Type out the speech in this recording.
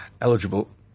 eligible